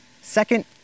Second